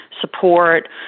support